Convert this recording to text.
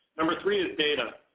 number three is data,